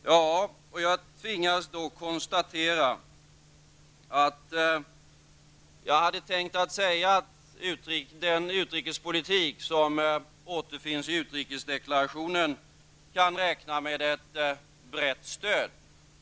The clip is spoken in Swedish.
Herr talman! Jag tvingas då konstatera att jag hade tänkt att säga att den utrikespolitik som återfinns i utrikesdeklarationen kan räkna med ett brett stöd.